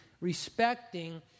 respecting